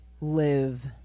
live